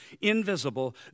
invisible